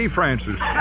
Francis